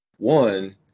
One